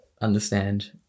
understand